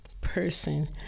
person